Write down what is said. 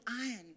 iron